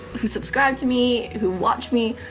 who subscribed to me who watch me,